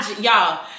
y'all